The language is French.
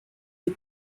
des